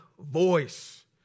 voice